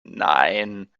nein